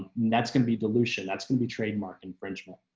that's going to be dilution that's going to be trademark infringement.